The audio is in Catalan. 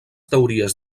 teories